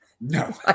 No